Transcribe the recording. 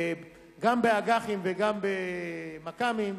גם באג"חים וגם במק"מים,